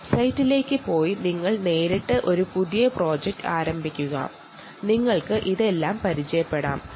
വെബ്സൈറ്റിലേക്ക് പോകുകയാണെങ്കിൽ നിങ്ങൾക്ക് ഒരു പുതിയ പ്രോജക്റ്റ് ആരംഭിക്കാൻ കഴിയും